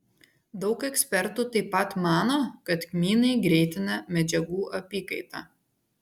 daug ekspertų taip pat mano kad kmynai greitina medžiagų apykaitą